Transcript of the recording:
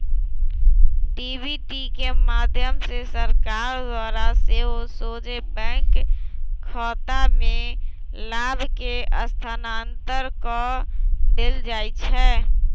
DBT के माध्यम से सरकार द्वारा सेहो सोझे बैंक खतामें लाभ के स्थानान्तरण कऽ देल जाइ छै